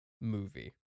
movie